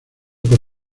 por